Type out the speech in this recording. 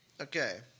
Okay